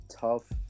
tough